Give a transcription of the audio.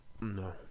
No